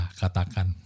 katakan